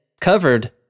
covered